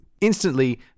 Instantly